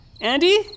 Andy